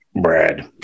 Brad